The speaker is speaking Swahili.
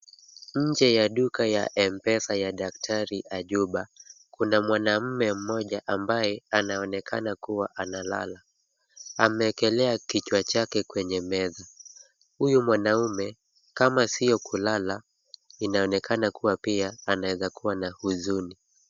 Nje ya duka ya mpesa ya daktari Ajuba. Kuna mwanaume mmoja ambaye anaonekana kuwa analala. ameekelea kichwa chake kwenye meza. Huyu mwanaume kama sio kulala, inaonekana kuwa pia anaeza kuwa na huzuni.